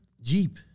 jeep